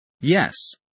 Yes